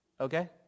Okay